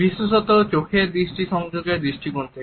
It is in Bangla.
বিশেষত চোখের দৃষ্টি সংযোগের দৃষ্টিকোণ থেকে